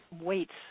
weights